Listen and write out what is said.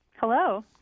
Hello